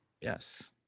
Yes